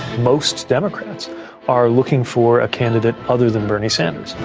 most democrats are looking for a candidate other than bernie sanders.